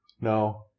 No